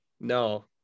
No